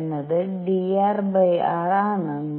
എന്നത് drr ആണെന്ന്